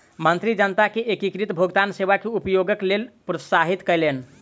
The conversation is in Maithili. मंत्री जनता के एकीकृत भुगतान सेवा के उपयोगक लेल प्रोत्साहित कयलैन